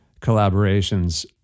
collaborations